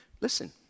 Listen